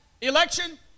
election